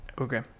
Okay